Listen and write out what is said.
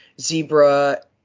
Zebra